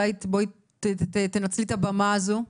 אולי בואי תנצלי את הבמה הזו.